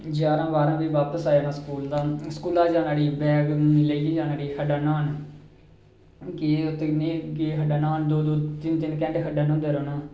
जारां बारां बजे बापस आई जाना स्कूल दा स्कूला बैग लेइयै जाना उठी खड्डा न्हान गे उत्थै के खड्डा न्हान दो दो तिन तिन घैंटे खड्डा न्हौंदे रौह्ना